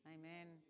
Amen